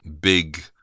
big